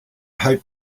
hope